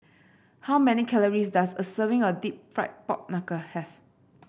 how many calories does a serving of deep fried Pork Knuckle have